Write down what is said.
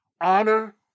Honor